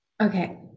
Okay